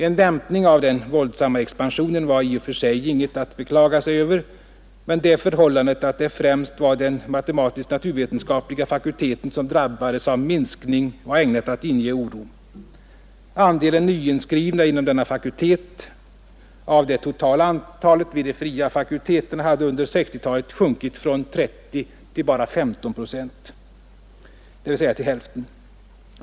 En dämpning av den våldsamma expansionen var i och för sig inget att beklaga sig över, men det förhållandet att det främst var den matematisk-naturvetenskapliga fakulteten som drabbades av minskning var ägnat att inge oro. Andelen nyinskrivna inom denna fakultet hade under 1960-talet sjunkit från 30 procent till bara 15 procent av det totala antalet vid de fria fakulteterna.